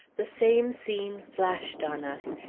the same scene flashed on us,